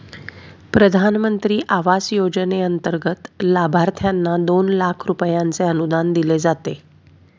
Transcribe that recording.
प्रधानमंत्री आवास योजनेंतर्गत लाभार्थ्यांना दोन लाख रुपयांचे अनुदान दिले जाते